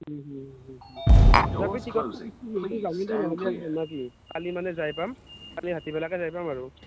তথাপি টিকটটো কৰছোঁ যামেই দে নে কি কালি মানে যায় পাম কালি ভাতিবেলাকে যাই পাম আৰু